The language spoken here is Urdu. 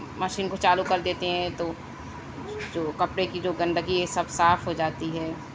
مشین کو چالو کر دیتے ہیں تو جو کپڑے کی جو گندگی ہے سب صاف ہو جاتی ہے